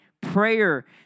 prayer